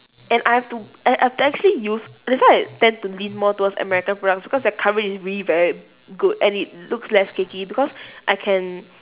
and I have to I have to actually use that's why I tend to lean more towards american products because their coverage is really very good and it looks less cakey because I can